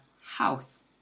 house